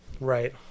right